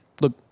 Look